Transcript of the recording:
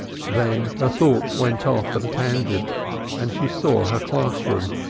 then her thoughts went off at a tangent and she saw her class-room,